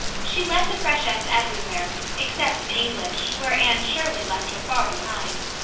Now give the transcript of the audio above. she led the freshettes everywhere, except in english, where anne shirley left her far behind.